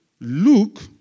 Luke